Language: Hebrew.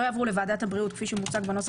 לא יעברו לוועדת הבריאות כפי שנמצא בנוסח